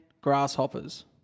grasshoppers